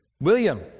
William